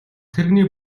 тэрэгний